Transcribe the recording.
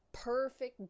perfect